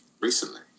recently